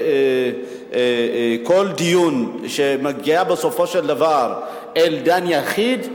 כל דיון שמגיע בסופו של דבר אל דן יחיד,